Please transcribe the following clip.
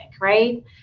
right